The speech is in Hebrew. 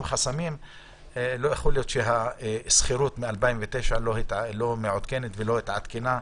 וחסמים שלא יכול להיות שהשכירות מ-2009 לא מעודכנת ולא התעדכנה.